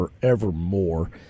forevermore